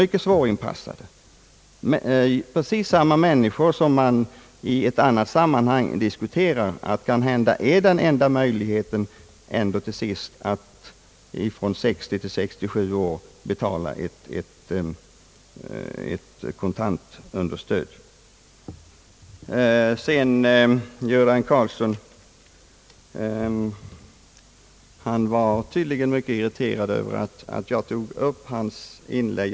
Just för dessa människor om vilka man allvarligt diskuterar om inte till sist den enda möjligheten är att betala ett kontantunderstöd från 60 till 67 års ålder. Herr Göran Karlsson var tydligen mycket irriterad över att jag tog upp hans inlägg.